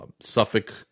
Suffolk